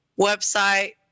website